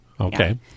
Okay